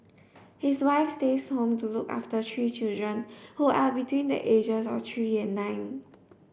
his wife stays home to look after three children who are between the ages of three and nine